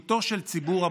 דקות לרשותך.